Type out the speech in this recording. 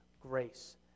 grace